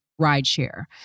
rideshare